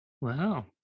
Wow